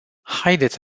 haideți